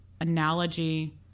analogy